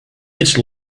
its